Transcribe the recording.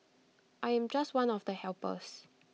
I am just one of the helpers